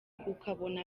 ukabona